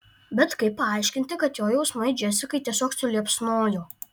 bet kaip paaiškinti kad jo jausmai džesikai tiesiog suliepsnojo